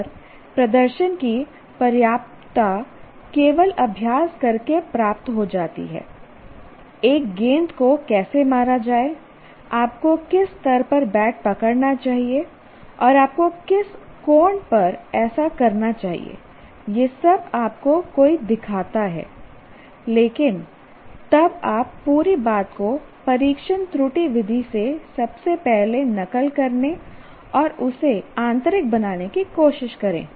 और प्रदर्शन की पर्याप्तता केवल अभ्यास करके प्राप्त की जाती है एक गेंद को कैसे मारा जाए आपको किस स्तर पर बैट पकड़ना चाहिए और आपको किस कोण पर ऐसा करना चाहिए यह सब आपको कोई दिखाता है लेकिन तब आप पूरी बात को परीक्षण त्रुटि विधि से सबसे पहले नकल करने और उसे आंतरिक बनाने की कोशिश करें